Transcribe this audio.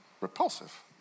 repulsive